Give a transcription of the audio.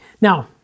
Now